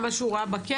על מה שהוא ראה בכלא?